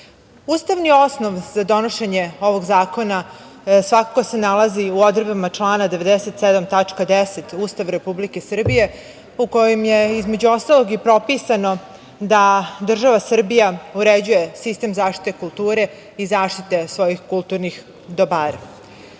osnov za donošenje ovog zakona svakako se nalazi u odredbama člana 97. tačka 10. Ustava Republike Srbije, u kojem je između ostalog i propisano da država Srbija uređuje sistem zaštite kulture i zaštite svojih kulturnih